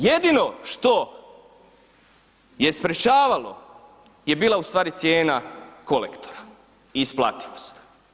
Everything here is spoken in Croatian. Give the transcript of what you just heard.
Jedino što je sprječavalo je bila ustvari cijena kolektora i isplativost.